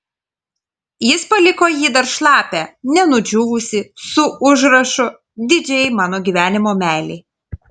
jis paliko jį dar šlapią nenudžiūvusį su užrašu didžiajai mano gyvenimo meilei